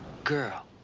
girl.